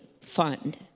fund